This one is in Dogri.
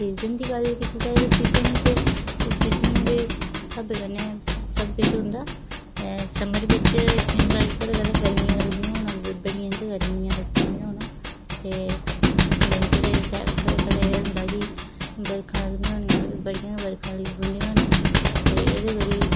सीजन दी गल्ल कीती जा ते सीज़न दे स्हाबै कन्नै सब किश होंदा समर बिच केह् केह् होंदा की कदें गरमी लगदी होन बड़ियां गै गर्मियां लगदियां होन ते कदें कदें एह् होंदा की बर्खा लगदियां होन तां बड़ियां लगदियां होन ते एह्दे करी